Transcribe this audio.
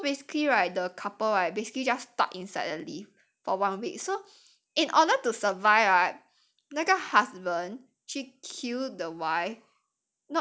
so basically right the couple right basically just stuck inside the lift for one week so in order to survive right 那个 husband kill the wife